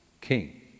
king